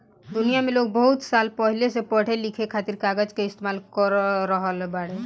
दुनिया में लोग बहुत साल पहिले से पढ़े लिखे खातिर कागज के इस्तेमाल कर रहल बाड़े